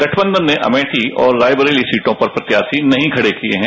गठबंधन ने अमेठी और रायबरेली सीटों पर प्रत्याशी नहीं खडे किए हैं